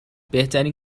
بهترین